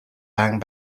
bang